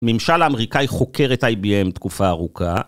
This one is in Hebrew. ממשל האמריקאי חוקר את IBM תקופה ארוכה.